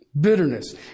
Bitterness